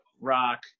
rock